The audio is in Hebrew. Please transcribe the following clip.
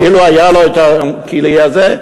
אילו היה לו הכלי הזה,